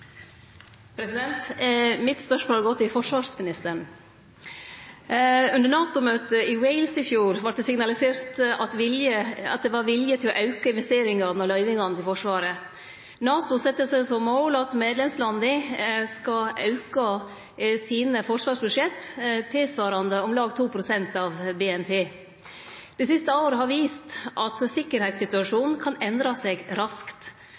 Spørsmålet mitt går til forsvarsministeren. Under NATO-møtet i Wales i fjor vart det signalisert at det var vilje til å auke investeringane og løyvingane til Forsvaret. NATO sette seg som mål at medlemslanda skal auke forsvarsbudsjetta sine tilsvarande om lag 2 pst. av BNP. Det siste året har vist at sikkerheitssituasjonen kan endre seg raskt.